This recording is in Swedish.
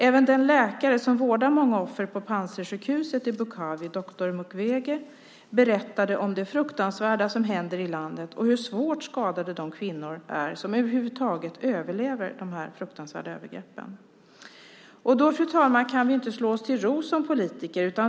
Även den läkare som vårdar många offer på Panzisjukhuset i Bukavi, doktor Mukwege, berättade om det fruktansvärda som händer i landet och hur svårt skadade de kvinnor är som över huvud taget överlever dessa fruktansvärda övergrepp. Då, fru talman, kan vi inte slå oss till ro som politiker.